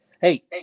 Hey